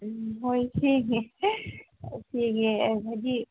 ꯎꯝ ꯍꯣꯏ ꯁꯦꯡꯉꯦ ꯁꯦꯡꯉꯦ